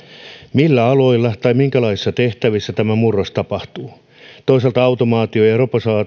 millä aloilla tai minkälaisissa tehtävissä tämä murros tapahtuu toisaalta automaatio ja ja